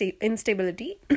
instability